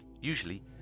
Usually